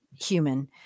human